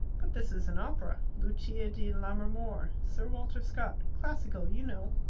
but this is an opera lucia di lammermoor' sir walter scott classical, you know.